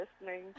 listening